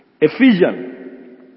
Ephesians